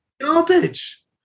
Garbage